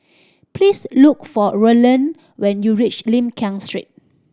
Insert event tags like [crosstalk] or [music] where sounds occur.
please look for Rolland when you reach Lim [unintelligible] Street